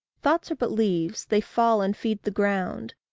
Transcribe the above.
thoughts are but leaves they fall and feed the ground.